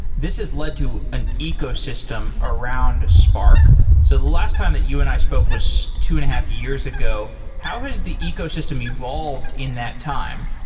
this has led to an ecosystem around spark. so the last time that you and i spoke was two and a half years ago, how has the ecosystem evolved in that time?